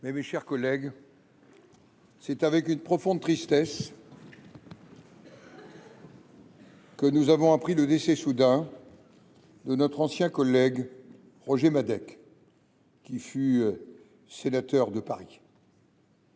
Mes chers collègues, c’est avec une profonde tristesse que nous avons appris le décès soudain de notre ancien collègue Roger Madec, qui fut sénateur de Paris.